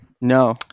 no